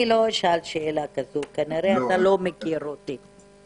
אני לא אשאל שאלה כזו, כנראה שאתה לא מכיר אותי.